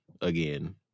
again